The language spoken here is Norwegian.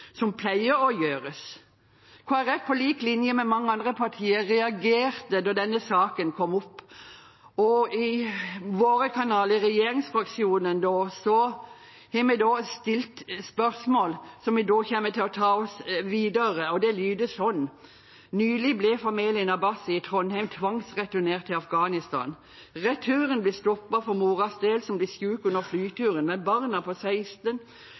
som pleier å gjøres? Kristelig Folkeparti, på lik linje med mange andre partier, reagerte da denne saken kom opp. I våre kanaler i regjeringsfraksjonen har vi stilt et spørsmål som vi kommer til å ta videre, og det lyder slik: Nylig ble familien Abbasi i Trondheim tvangsreturnert til Afghanistan. Returen ble stoppet for morens del, som ble syk under flyturen, men barna på 16,